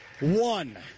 one